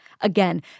Again